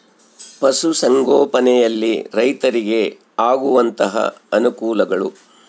ಪಶುಸಂಗೋಪನೆಯಲ್ಲಿ ರೈತರಿಗೆ ಆಗುವಂತಹ ಅನುಕೂಲಗಳು?